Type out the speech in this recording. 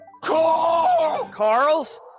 Carl's